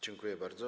Dziękuję bardzo.